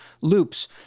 loops